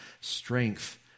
strength